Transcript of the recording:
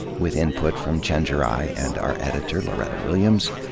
with input from chenjerai and our editor, loretta williams.